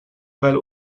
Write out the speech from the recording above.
weil